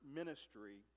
ministry